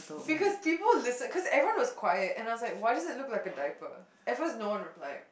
because people was listen cause everyone was quiet and I was like why does it looks like a diaper at first no one reply